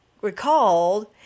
recalled